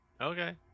okay